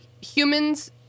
humans